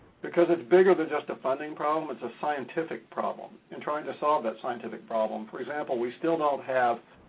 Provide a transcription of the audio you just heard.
because it's bigger than just a funding problem it's a scientific problem and trying to solve that scientific problem. for example, we still don't have